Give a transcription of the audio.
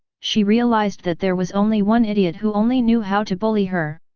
she realized that there was only one idiot who only knew how to bully her.